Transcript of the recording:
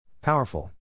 Powerful